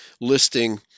listing